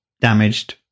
damaged